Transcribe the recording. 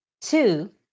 two